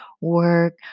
work